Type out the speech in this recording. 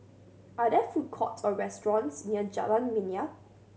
are there food courts or restaurants near Jalan Minyak